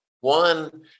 One